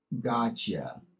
Gotcha